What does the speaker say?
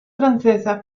francesa